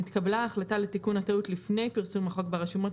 נתקבלה החלטה לתיקון הטעות לפני פרסום החוק ברשומות,